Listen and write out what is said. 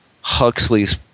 Huxley's